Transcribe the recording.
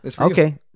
okay